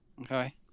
Okay